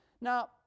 Now